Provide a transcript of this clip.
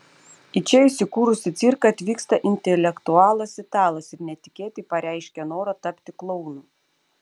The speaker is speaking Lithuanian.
į čia įsikūrusį cirką atvyksta intelektualas italas ir netikėtai pareiškia norą tapti klounu